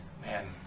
Man